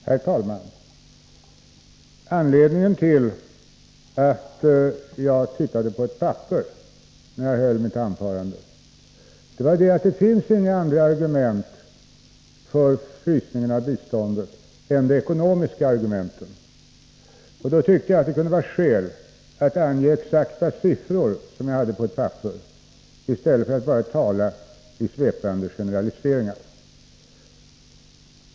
Herr talman! Anledningen till att jag tittade på ett papper när jag höll mitt anförande var att jag, eftersom det inte finns några andra argument för frysningen av biståndet än de ekonomiska argumenten, tyckte att det fanns skäl att ange exakta siffror, som var antecknade på detta papper, i stället för att göra svepande generaliseringar.